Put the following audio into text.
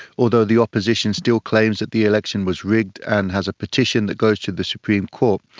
although the opposition still claims that the election was rigged and has a petition that goes to the supreme court.